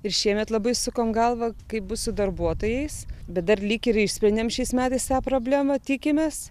ir šiemet labai sukom galvą kaip bus su darbuotojais bet dar lyg ir išsprendėm šiais metais tą problemą tikimės